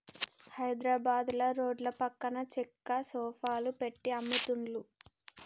హైద్రాబాదుల రోడ్ల పక్కన చెక్క సోఫాలు పెట్టి అమ్ముతున్లు